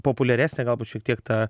populiaresnė galbūt šiek tiek ta